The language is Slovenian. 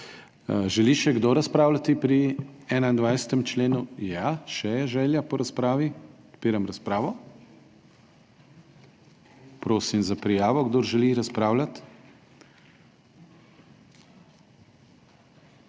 Želi še kdo razpravljati pri 21. členu? Ja, še je želja po razpravi. Odpiram razpravo. Prosim za prijavo, kdor želi razpravljati.